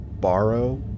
borrow